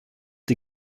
die